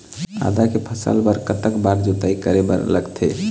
आदा के फसल बर कतक बार जोताई करे बर लगथे?